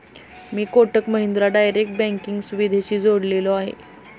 मी Kotak Mahindra direct banking सुविधेशी जोडलेलो आहे?